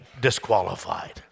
disqualified